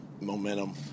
momentum